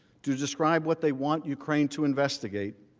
to describe what they want ukraine to investigate,